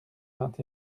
vingt